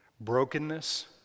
Brokenness